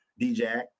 DJ